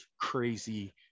crazy